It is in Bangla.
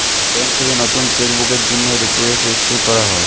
ব্যাঙ্ক থেকে নতুন চেক বুকের জন্যে রিকোয়েস্ট ইস্যু করা যায়